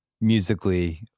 musically